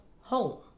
home